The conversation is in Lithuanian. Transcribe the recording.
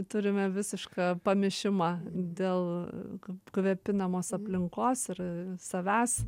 turime visišką pamišimą dėl kvepinamos aplinkos ir savęs